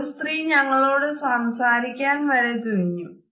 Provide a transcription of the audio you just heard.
ഒരു സ്ത്രീ ഞങ്ങളോട് സംസാരിക്കാൻ വരെ തുനിഞ്ഞു